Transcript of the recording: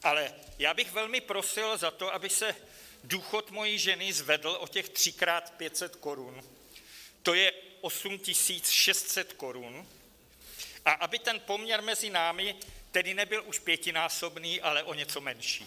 Ale já bych velmi prosil za to, aby se důchod mojí ženy zvedl o těch třikrát 500 korun, to je 8 600 korun, a aby ten poměr mezi námi tedy nebyl už pětinásobný, ale o něco menší.